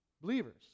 believers